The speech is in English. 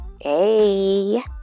Hey